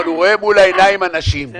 אבל רואה מול העיניים אנשים,